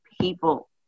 people